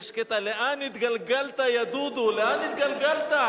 יש קטע: "לאן התגלגלת יא דודו?" לאן התגלגלת,